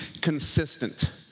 consistent